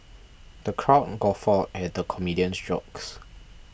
the crowd guffawed at the comedian's jokes